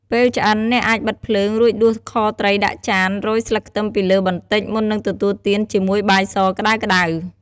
ពេលឆ្អិន អ្នកអាចបិទភ្លើង រួចដួសខត្រីដាក់ចាន រោយស្លឹកខ្ទឹមពីលើបន្តិច មុននឹងទទួលទានជាមួយបាយសក្ដៅៗ។